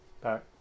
Back